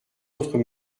autres